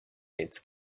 needs